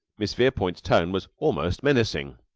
miss verepoint's tone was almost menacing.